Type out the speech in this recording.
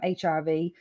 HIV